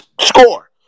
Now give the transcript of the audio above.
score